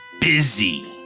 busy